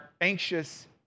anxious